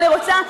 אני רוצה,